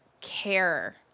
care